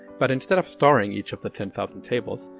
but instead of storing each of the ten thousand tables,